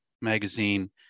magazine